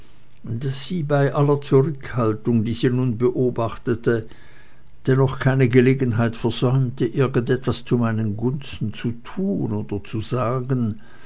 sie bei aller zurückhaltung die sie nun beobachtete dennoch keine gelegenheit versäumte irgend etwas zu meinen gunsten zu tun oder zu sagen